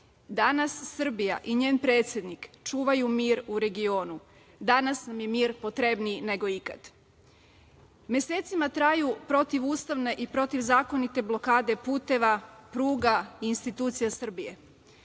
Danas Srbija i njen predsednik čuvaju mir u regionu. Danas nam je mir potrebniji nego ikada. Mesecima traju protivustavne i protivzakonite blokade puteva, pruga i institucija Srbija.